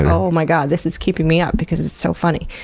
and oh my god, this is keeping me up because it's so funny.